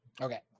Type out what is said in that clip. Okay